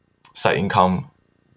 side income